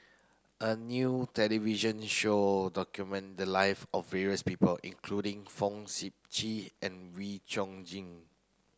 a new television show document the live of various people including Fong Sip Chee and Wee Chong Jin